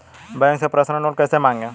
Bank से personal loan कैसे मांगें?